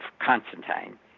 Constantine